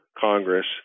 Congress